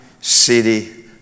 city